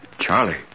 Charlie